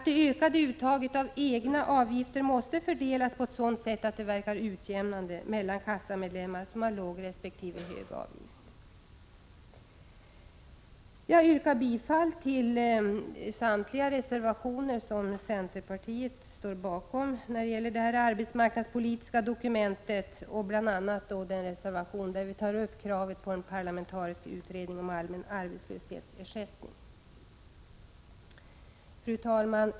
Det ökade uttaget av egna avgifter måste också fördelas på TT ett sådant sätt att det verkar utjämnande mellan kassamedlemmar som har låg resp. hög avgift. Fru talman! Jag yrkar bifall till samtliga reservationer som centerpartiet står bakom när det gäller detta arbetsmarknadspolitiska dokument, bl.a. den reservation där vi tar upp kravet på en parlamentarisk utredning om allmän arbetslöshetsförsäkring. Fru talman!